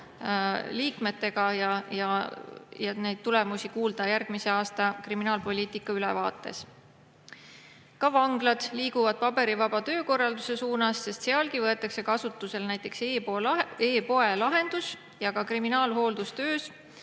liikmetega ja neid tulemusi kuulda järgmise aasta kriminaalpoliitika ülevaates. Ka vanglad liiguvad paberivaba töökorralduse suunas. Sealgi võetakse kasutusele näiteks e‑poe lahendus. Ja ka kriminaalhooldustöös